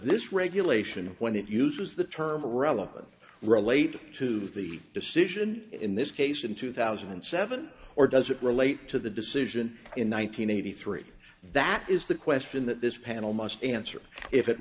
this regulation when it uses the term irrelevant relate to the decision in this case in two thousand and seven or does it relate to the decision in one nine hundred eighty three that is the question that this panel must answer if it